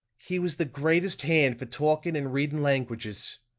he was the greatest hand for talking and reading languages,